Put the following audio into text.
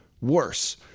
worse